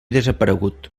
desaparegut